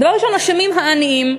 דבר ראשון אשמים העניים.